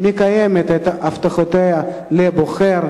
מקיימת את הבטחותיה לבוחר,